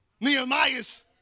Nehemiah's